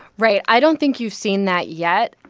right. i don't think you've seen that yet.